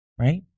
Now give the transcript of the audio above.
Right